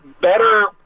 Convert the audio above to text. better